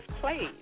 played